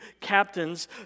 captains